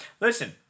listen